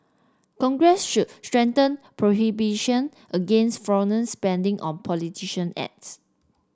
congress should strengthen prohibition against foreign spending on ads